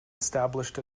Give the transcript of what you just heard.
established